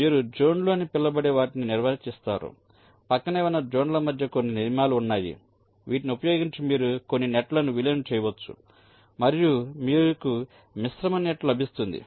మీరు జోన్లు అని పిలువబడే వాటిని నిర్వచిస్తారు ప్రక్కనే ఉన్న జోన్ల మధ్య కొన్ని నియమాలు ఉన్నాయి వీటిని ఉపయోగించి మీరు కొన్ని నెట్ లను విలీనం చేయవచ్చు మరియు మీకు మిశ్రమ నెట్ లభిస్తుంది